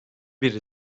bir